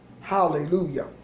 Hallelujah